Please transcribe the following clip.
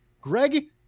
Greg